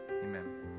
amen